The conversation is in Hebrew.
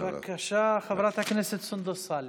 בבקשה, חברת הכנסת סונדוס סאלח.